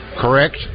Correct